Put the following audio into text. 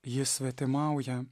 ji svetimauja